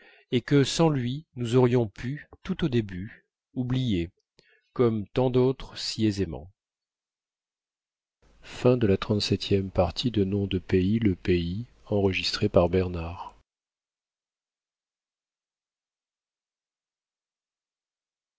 et que sans lui nous aurions pu tout au début oublier comme tant d'autres si aisément